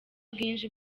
bwinshi